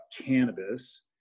cannabis